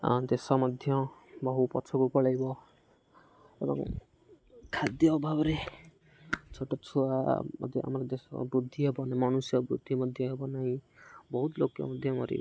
ଦେଶ ମଧ୍ୟ ବହୁ ପଛକୁ ପଳେଇବ ଏବଂ ଖାଦ୍ୟ ଅଭାବରେ ଛୋଟ ଛୁଆ ମଧ୍ୟ ଆମର ଦେଶ ବୃଦ୍ଧି ହେବ ନାହିଁ ମନୁଷ୍ୟ ବୃଦ୍ଧି ମଧ୍ୟ ହେବ ନାହିଁ ବହୁତ ଲୋକ ମଧ୍ୟ ମରିବେ